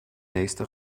nächste